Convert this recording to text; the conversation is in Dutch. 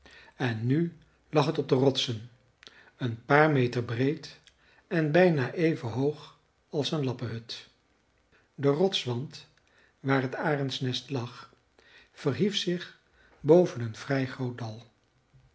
en nu lag het op de rotsen een paar meter breed en bijna even hoog als een lappenhut de rotswand waar het arendsnest lag verhief zich boven een vrij groot